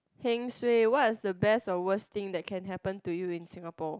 heng suay what is the best or worst thing that can happen to you in Singapore